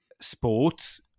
sports